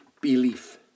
belief